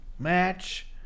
match